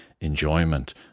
enjoyment